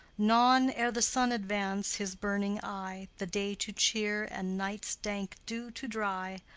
non, ere the sun advance his burning eye the day to cheer and night's dank dew to dry,